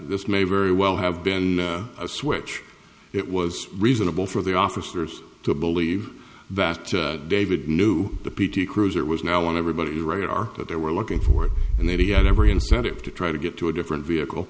this may very well have been a switch it was reasonable for the officers to believe that david knew the p t cruiser was now on everybody radar that they were looking for and that he had every incentive to try to get to a different vehicle